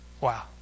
Wow